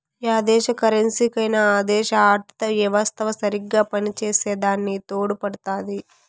yeah దేశ కరెన్సీకైనా ఆ దేశ ఆర్థిత యెవస్త సరిగ్గా పనిచేసే దాని తోడుపడుతాది